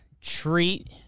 treat